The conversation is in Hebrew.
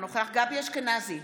אינו נוכח גבי אשכנזי,